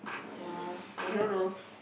yea I don't know